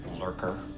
lurker